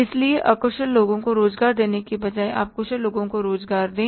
इसलिए अकुशल लोगों को रोजगार देने के बजाय आप कुशल लोगों को रोजगार दें